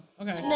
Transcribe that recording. okay